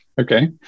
Okay